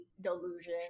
delusion